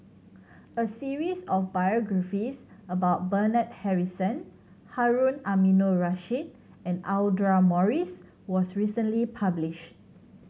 a series of biographies about Bernard Harrison Harun Aminurrashid and Audra Morrice was recently published